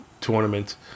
tournament